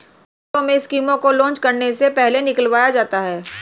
अखबारों में स्कीमों को लान्च करने से पहले निकलवाया जाता है